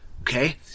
Okay